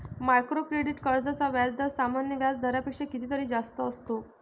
micro credit कर्जांचा व्याजदर सामान्य व्याज दरापेक्षा कितीतरी जास्त असतो